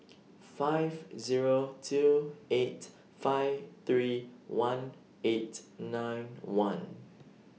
five Zero two eight five three one eight nine one